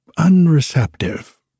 unreceptive